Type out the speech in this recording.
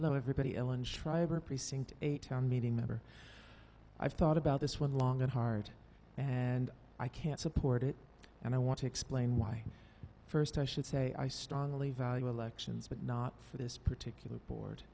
hello everybody ellen schreiber precinct a town meeting member i've thought about this one long and hard and i can't support it and i want to explain why first i should say i strongly value elections but not for this particular board